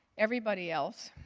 everybody else,